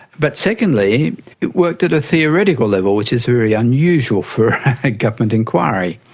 but secondly it worked at a theoretical level, which is very unusual for a government inquiry.